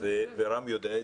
קודמת, ורם יודע את